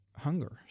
hunger